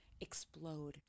explode